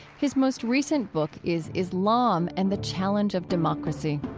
his most recent book is islam and the challenge of democracy.